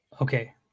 okay